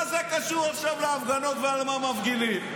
מה זה קשור עכשיו להפגנות ועל מה מפגינים?